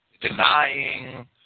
denying